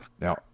now